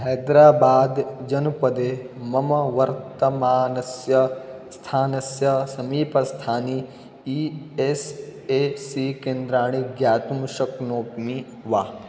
हैद्राबाद् जन्पदे मम वर्तमानस्य स्थानस्य समीपस्थानि ई एस् ए सी केन्द्राणि ज्ञातुं शक्नोमि वा